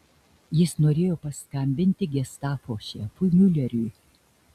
jis norėjo paskambinti gestapo šefui miuleriui